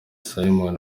simon